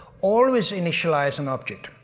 always initialize an object.